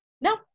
no